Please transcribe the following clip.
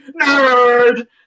nerd